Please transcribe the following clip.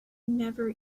never